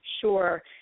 Sure